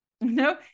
No